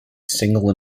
single